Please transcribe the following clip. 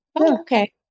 okay